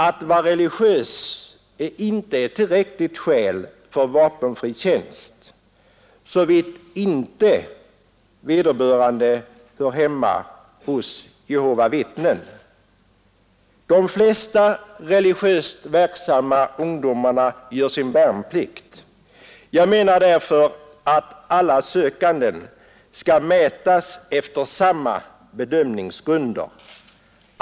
Att vara religiös är inte ett tillräckligt skäl för att erhålla vapenfri tjänst, såvida inte vederbörande tillhör Jehovas vittnen. De flesta religiöst verksamma ungdomarna gör sin värnplikt. Jag menar därför att alla sökande skall behandlas efter samma bedömningsgrunder.